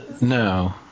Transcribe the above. no